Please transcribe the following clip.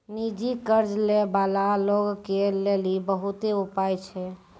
निजी कर्ज लै बाला लोगो के लेली बहुते उपाय होय छै